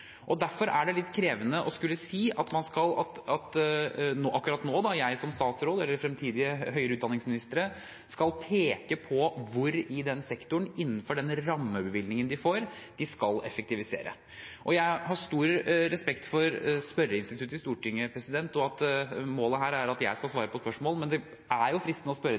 Derfor er det litt krevende å skulle si at jeg som statsråd eller fremtidige høyere utdanningsministre skal peke på hvor de i den sektoren, innenfor den rammebevilgningen de får, skal effektivisere. Jeg har stor respekt for spørreinstituttet i Stortinget, og at målet er at jeg skal svare på spørsmål, men det er fristende å spørre